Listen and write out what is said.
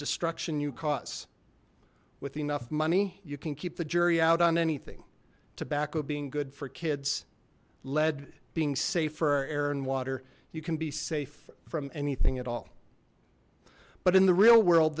destruction you caused with enough money you can keep the jury out on anything tobacco being good for kids led being safer our air and water you can be safe from anything at all but in the real world